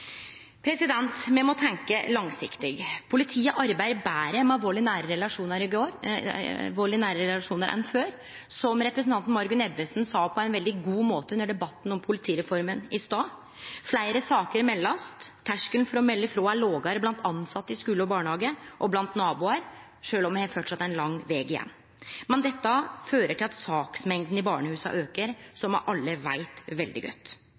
Me må tenkje langsiktig. Politiet arbeider betre med vald i nære relasjonar enn før, som representanten Margunn Ebbesen sa på ein veldig god måte i debatten om politireforma i stad. Fleire saker blir melde, terskelen for å melde frå er lågare blant tilsette i skule og barnehage og blant naboar, sjølv om me framleis har ein lang veg igjen. Dette fører til at saksmengda i barnehusa aukar, som me alle veit veldig godt.